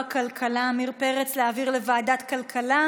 הכלכלה עמיר פרץ להעביר לוועדת הכלכלה?